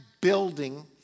building